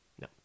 No